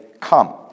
Come